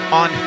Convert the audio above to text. on